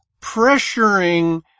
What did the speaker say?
pressuring